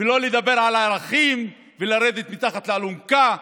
ולא לדבר על ערכים, ולרדת מתחת לאלונקה.